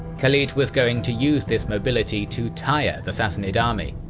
khalid was going to use this mobility to tire the sassanid army.